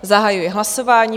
Zahajuji hlasování.